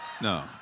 no